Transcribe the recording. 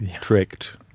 tricked